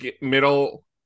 middle